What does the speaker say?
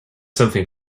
something